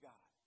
God